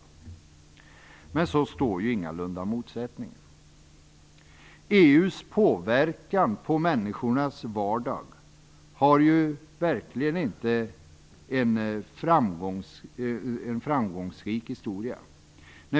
Men sådan är ju ingalunda motsättningen. EU:s påverkan på människornas vardag har verkligen inte en framgångsrik historia.